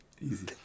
Easy